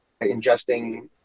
ingesting